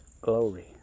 glory